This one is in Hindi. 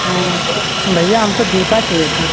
हाँ भैया हमको जूता चाहिए था